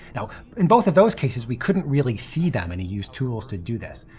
now in both of those cases we couldn't really see them and he used tools to do this.